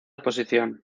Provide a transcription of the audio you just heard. posición